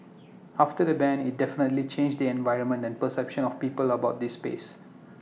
after the ban IT definitely changed the environment and perception of people about this space